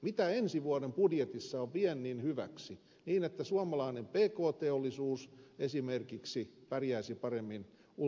mitä ensi vuoden budjetissa on viennin hyväksi niin että suomalainen pk teollisuus esimerkiksi pärjäisi paremmin ulkomaanmarkkinoilla